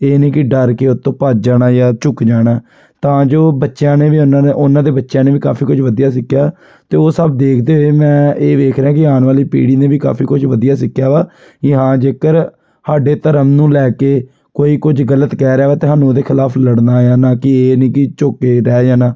ਇਹ ਨਹੀਂ ਕਿ ਡਰ ਕੇ ਉੱਥੋਂ ਭੱਜ ਜਾਣਾ ਜਾਂ ਝੁੱਕ ਜਾਣਾ ਤਾਂ ਜੋ ਬੱਚਿਆਂ ਨੇ ਵੀ ਉਹਨਾਂ ਨੇ ਉਹਨਾਂ ਦੇ ਬੱਚਿਆਂ ਨੇ ਵੀ ਕਾਫੀ ਕੁਝ ਵਧੀਆ ਸਿੱਖਿਆ ਅਤੇ ਉਹ ਸਭ ਦੇਖਦੇ ਹੋਏ ਮੈਂ ਇਹ ਦੇਖ ਰਿਹਾ ਕਿ ਆਉਣ ਵਾਲੀ ਪੀੜ੍ਹੀ ਨੇ ਵੀ ਕਾਫੀ ਕੁਝ ਵਧੀਆ ਸਿੱਖਿਆ ਵਾ ਵੀ ਹਾਂ ਜੇਕਰ ਸਾਡੇ ਧਰਮ ਨੂੰ ਲੈ ਕੇ ਕੋਈ ਕੁਝ ਗਲਤ ਕਹਿ ਰਿਹਾ ਵਾ ਤੁਹਾਨੂੰ ਉਹਦੇ ਖਿਲਾਫ ਲੜਨਾ ਆ ਨਾ ਕਿ ਇਹ ਨਹੀਂ ਕਿ ਝੁੱਕ ਕੇ ਰਹਿ ਜਾਣਾ